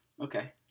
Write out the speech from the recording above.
Okay